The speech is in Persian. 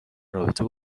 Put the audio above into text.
رابطه